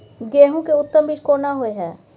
गेहूं के उत्तम बीज कोन होय है?